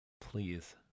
Please